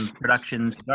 productions